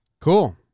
Cool